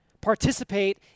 participate